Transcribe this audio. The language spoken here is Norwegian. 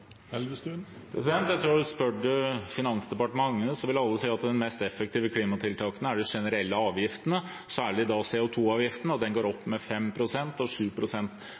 Jeg tror at spør du Finansdepartementet, vil alle si at de mest effektive klimatiltakene er de generelle avgiftene, særlig CO 2 -avgiften. Den går opp med 5 pst. – med 7 pst. på petroleumssektoren – og